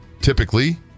typically